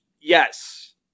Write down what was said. yes